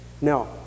Now